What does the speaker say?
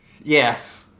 Yes